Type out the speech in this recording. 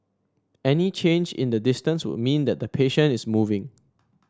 any change in the distance would mean that the patient is moving